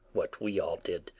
what we all did,